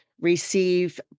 receive